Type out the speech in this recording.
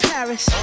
Paris